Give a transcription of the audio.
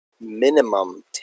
minimum